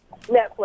Netflix